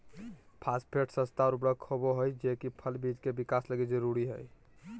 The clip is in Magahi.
फास्फेट सस्ता उर्वरक होबा हइ जे कि फल बिज के विकास लगी जरूरी हइ